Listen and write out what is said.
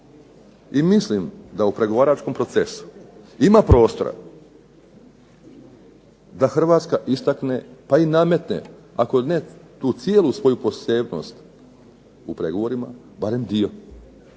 I mislim da u pregovaračkom procesu ima prostora da Hrvatska istakne, pa i nametne ako ne tu cijelu svoju posebnost u pregovorima, barem dio.